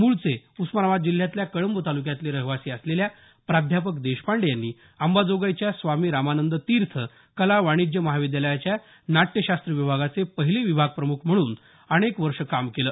मूळचे उस्मानाबाद जिल्ह्यातल्या कळंब तालुक्यातले रहिवासी असलेल्या प्राध्यापक देशपांडे यांनी अंबाजोगाईच्या स्वामी रामानंद तीर्थ कला वाणिज्य महाविद्यालयाच्या नाट्यशास्त्र विभागाचे पहिले विभाग प्रमुख म्हणून अनेक वर्षे काम पाहिलं